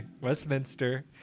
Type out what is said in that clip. Westminster